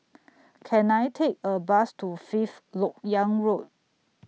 Can I Take A Bus to Fifth Lok Yang Road